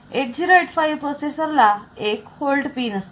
8085 processor ला एक hold pin असते